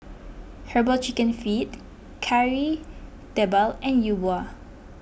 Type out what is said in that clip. Herbal Chicken Feet Kari Debal and Yi Bua